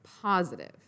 positive